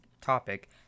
topic